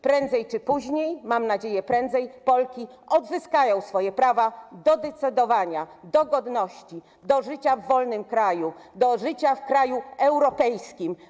Prędzej czy później - mam nadzieję, prędzej - Polki odzyskają swoje prawa do decydowania, do godności, do życia w wolnym kraju, do życia w kraju europejskim.